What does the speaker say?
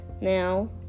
now